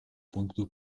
пункту